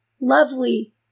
lovely